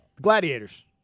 Gladiators